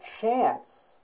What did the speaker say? chance